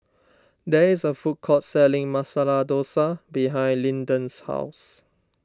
there is a food court selling Masala Dosa behind Lyndon's house